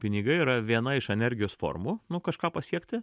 pinigai yra viena iš energijos formų nu kažką pasiekti